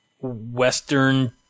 Western